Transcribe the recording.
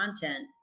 content